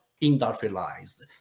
industrialized